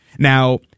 Now